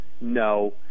no